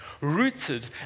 rooted